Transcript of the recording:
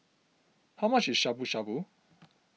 how much is Shabu Shabu